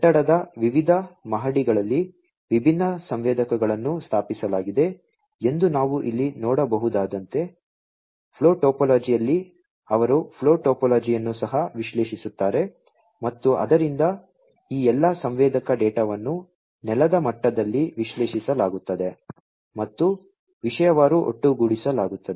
ಕಟ್ಟಡದ ವಿವಿಧ ಮಹಡಿಗಳಲ್ಲಿ ವಿಭಿನ್ನ ಸಂವೇದಕಗಳನ್ನು ಸ್ಥಾಪಿಸಲಾಗಿದೆ ಎಂದು ನಾವು ಇಲ್ಲಿ ನೋಡಬಹುದಾದಂತೆ ಫ್ಲೋ ಟೋಪೋಲಜಿಯಲ್ಲಿ ಅವರು ಫ್ಲೋ ಟೋಪೋಲಜಿಯನ್ನು ಸಹ ವಿಶ್ಲೇಷಿಸುತ್ತಾರೆ ಮತ್ತು ಆದ್ದರಿಂದ ಈ ಎಲ್ಲಾ ಸಂವೇದಕ ಡೇಟಾವನ್ನು ನೆಲದ ಮಟ್ಟದಲ್ಲಿ ವಿಶ್ಲೇಷಿಸಲಾಗುತ್ತದೆ ಮತ್ತು ವಿಷಯವಾರು ಒಟ್ಟುಗೂಡಿಸಲಾಗುತ್ತದೆ